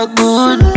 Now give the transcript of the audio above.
good